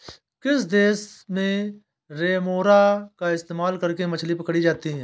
किस देश में रेमोरा का इस्तेमाल करके मछली पकड़ी जाती थी?